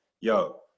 yo